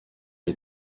les